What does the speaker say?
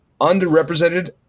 underrepresented